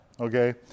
Okay